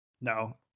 No